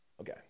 Okay